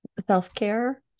self-care